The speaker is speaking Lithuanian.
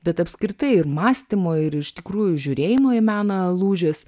bet apskritai ir mąstymo ir iš tikrųjų žiūrėjimo į meną lūžis